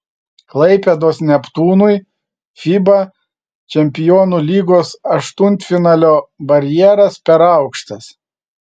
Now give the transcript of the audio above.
klaipėdos neptūnui fiba čempionų lygos aštuntfinalio barjeras per aukštas